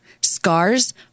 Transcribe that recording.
scars